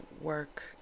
work